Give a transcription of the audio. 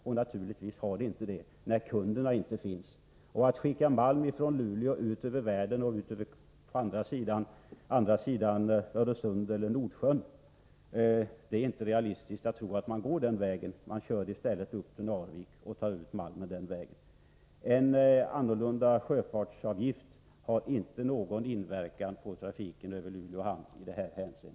Det finns ju inte några kunder. Att skeppa malm från Luleå till andra sidan Öresund eller Nordsjön är inte ett realistiskt alternativ. Malmen fraktas i stället till Narvik och skeppas ut därifrån. En ändrad sjöfartsavgift har, som sagt, inte någon inverkan på trafiken över Luleå hamn i det avseendet.